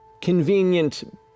convenient